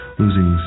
losing